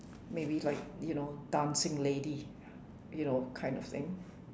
maybe like you know dancing lady you know kind of thing